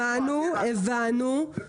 שמענו, הבנו.